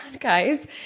guys